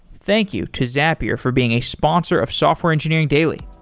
thank you to zapier for being a sponsor of software engineering daily